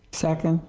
second?